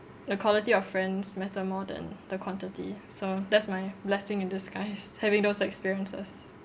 the quality of friends matter more than the quantity so that's my blessing in disguise having those experiences